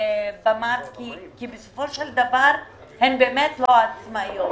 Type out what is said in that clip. כי בסופו של דבר הן באמת לא עצמאיות.